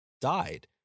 died